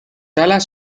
alas